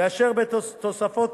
ואשר תוספות